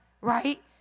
right